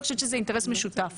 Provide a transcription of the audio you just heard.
ואני חושבת שזה אינטרס משותף.